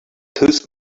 tús